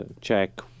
check